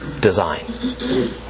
design